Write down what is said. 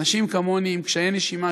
אנשים כמוני עם קשיי נשימה,